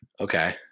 Okay